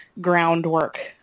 groundwork